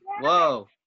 Whoa